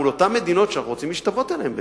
לעומת מדינות שאנחנו רוצים להשתוות אליהן בהישגים.